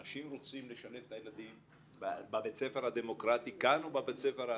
אנשים רוצים לשלב את הילדים בבית הספר הדמוקרטי כאן או בבית ספר אחר.